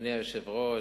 אדוני היושב-ראש,